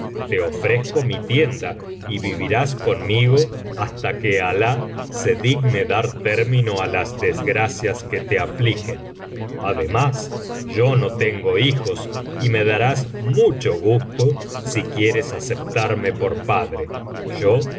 te ofrezco mi tienda y vivirás conmigo hasta que alah se digne dar término á las des biblioteca valenciana generalitat valenciana historia del visir nubeddi n gracias que te afligen ademas yo no tengo hijos y me darás mucho gusto si quieres aceptarme por padre yo